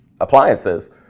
appliances